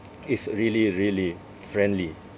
is really really friendly